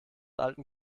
alten